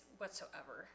whatsoever